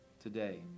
today